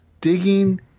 digging